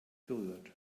berührt